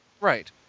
Right